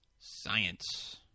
Science